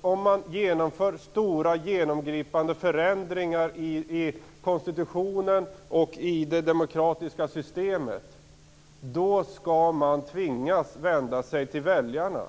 Om man genomför stora, genomgripande förändringar i konstitutionen och i det demokratiska systemet, skall man tvingas att vända sig till väljarna.